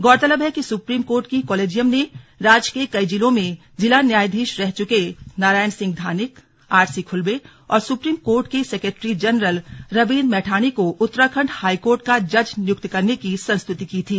गौरतलब है कि सुप्रीम कोर्ट की कोलेजियम ने राज्य के कई जिलों में जिला न्यायाधीश रह चुके नारायण सिंह धानिक आरसी खुल्बे और सुप्रीम कोर्ट के सेक्रोटरी जनरल रवींद्र मैठाणी को उत्तराखंड हाईकोर्ट का जज नियुक्त करने की संस्तृति की थी